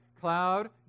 cloud